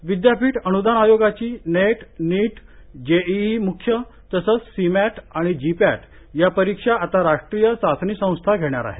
परीक्षाः विदयापीठ अन्दान आयोगाची नेट नीट जेईई म्ख्य तसंच सीमॅट आणि जीपॅट या परीक्षा आता राष्ट्रीय चाचणी संस्था घेणार आहे